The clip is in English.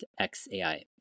XAI